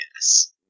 yes